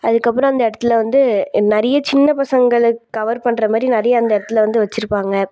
அதுக்கு அப்புறம் அந்த இடத்துல வந்து நிறைய சின்னப்பசங்களுக்கு கவர் பண்ணுற மாதிரி நிறைய அந்த இடத்துல வந்து வச்சிருப்பாங்க